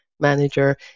Manager